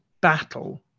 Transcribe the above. battle